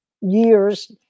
years